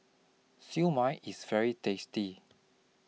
Siew Mai IS very tasty